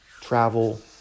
travel